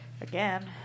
again